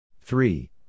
three